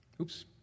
Oops